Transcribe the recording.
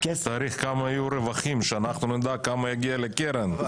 צריך כמה יהיו רווחים שאנחנו נדע כמה יגיע לקרן.